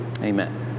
Amen